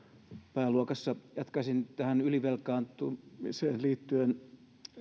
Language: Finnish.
pääluokassa jatkaisin tähän ylivelkaantumiseen liittyen